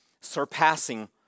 surpassing